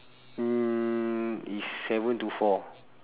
mm is seven to four